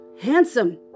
handsome